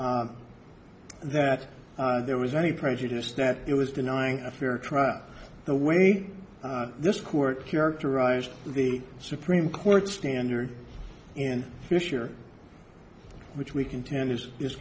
that there was any prejudice that it was denying a fair trial the way this court characterized the supreme court standard and fisher which we contend is is